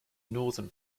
northern